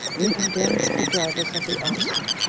he condemned the drivers of the oxen,